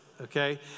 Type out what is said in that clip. Okay